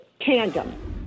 Tandem